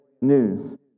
news